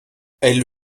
elle